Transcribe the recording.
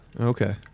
Okay